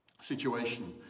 situation